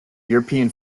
european